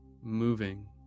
moving